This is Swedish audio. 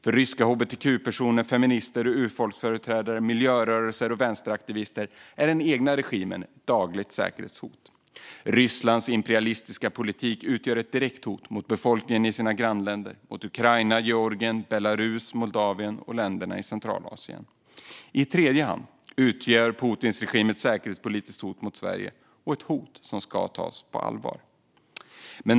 För ryska hbtq-personer, feminister, urfolksföreträdare, miljörörelser och vänsteraktivister är den egna regimen ett dagligt säkerhetshot. Rysslands imperialistiska politik utgör ett direkt hot mot befolkningen i deras grannländer, mot Ukraina, Georgien, Belarus, Moldavien och länderna i Centralasien. I tredje hand utgör Putins regim ett säkerhetspolitiskt hot mot Sverige, ett hot som ska tas på allvar.